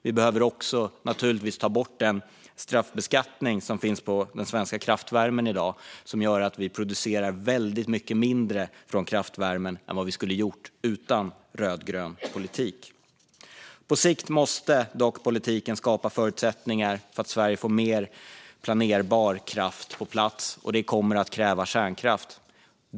Vi behöver naturligtvis också ta bort den straffbeskattning som finns på den svenska kraftvärmen i dag och som gör att vi producerar väldigt mycket mindre kraftvärme än vad vi skulle gjort utan rödgrön politik. På sikt måste dock politiken skapa förutsättningar för att Sverige ska få mer planerbar kraft på plats, och detta kommer att kräva kärnkraft.